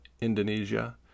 Indonesia